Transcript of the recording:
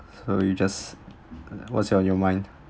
so you just what's on your mind